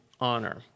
honor